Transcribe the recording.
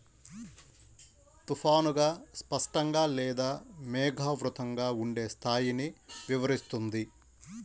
తుఫానుగా, స్పష్టంగా లేదా మేఘావృతంగా ఉండే స్థాయిని వివరిస్తుంది